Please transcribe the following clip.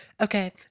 Okay